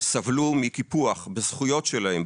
סבלו מקיפוח בזכויות שלהם,